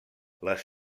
les